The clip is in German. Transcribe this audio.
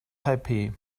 taipeh